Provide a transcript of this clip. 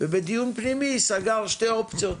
ובדיון פנימי סגר שתי אופציות.